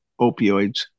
opioids